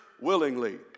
willingly